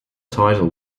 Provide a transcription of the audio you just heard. title